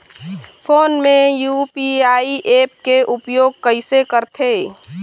Phone मे UPI app के उपयोग कइसे करथे?